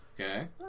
Okay